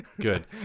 Good